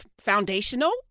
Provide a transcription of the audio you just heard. foundational